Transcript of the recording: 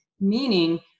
Meaning